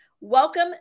Welcome